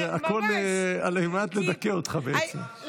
זה הכול על מנת לדכא אותך בעצם.